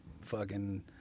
fucking-